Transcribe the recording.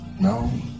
no